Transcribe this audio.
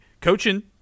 coaching